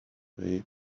way